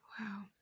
Wow